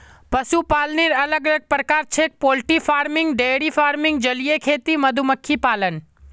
पशुपालनेर अलग अलग प्रकार छेक पोल्ट्री फार्मिंग, डेयरी फार्मिंग, जलीय खेती, मधुमक्खी पालन